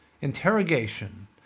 interrogation